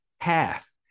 half